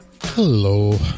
Hello